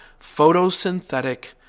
photosynthetic